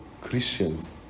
Christians